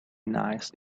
nice